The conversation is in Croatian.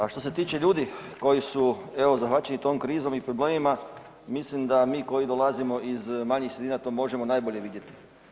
A što se tiče ljudi koji su, evo, zahvaćeni tom krizom i problemima, mislim da mi koji dolazimo iz manjih sredina to možemo najbolje vidjeti.